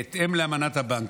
בהתאם לאמנת הבנק,